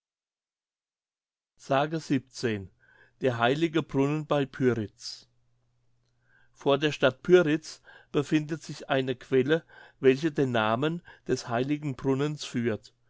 der heilige brunnen bei pyritz vor der stadt pyritz befindet sich eine quelle welche den namen des heiligen brunnens führt